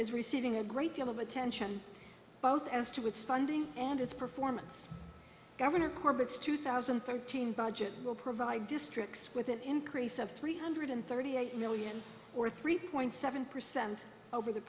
is receiving a great deal of attention both as to its funding and its performance governor corbett's two thousand and thirteen budget will provide districts with an increase of three hundred thirty eight million or three point seven percent over the